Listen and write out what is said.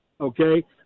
okay